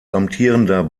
amtierender